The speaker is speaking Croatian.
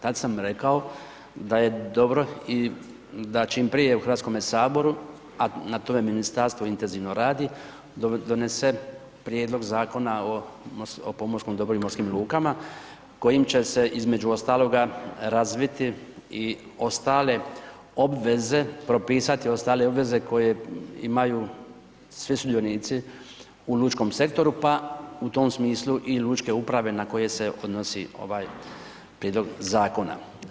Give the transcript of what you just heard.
Tada sam rekao da je dobro i da čim prije u Hrvatskom saboru, a na tome ministarstvo intenzivno radi, donese prijedlog Zakona o pomorskom dobru i morskim lukama, kojim će se između ostaloga razviti ostale obveze, propisati ostale obveze koje imaju svi sudionici u lučkom sektoru, pa i u tom smislu i lučke uprave, ne koji se odnosi ovaj prijedlog Zakona.